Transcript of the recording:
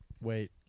Wait